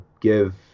give